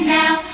now